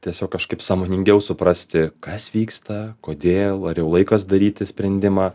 tiesiog kažkaip sąmoningiau suprasti kas vyksta kodėl ar jau laikas daryti sprendimą